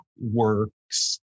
works